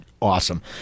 awesome